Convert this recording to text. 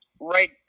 right